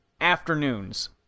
afternoons